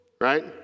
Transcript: right